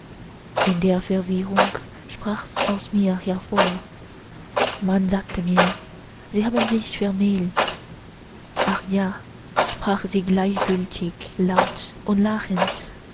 in der verwirrung sprachs aus mir hervor man sagte mir sie haben sich vermählt ach ja sprach sie gleichgültig laut und lachend